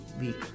week